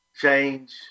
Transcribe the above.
Change